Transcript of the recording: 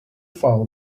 file